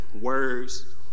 words